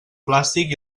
plàstic